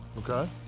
okay.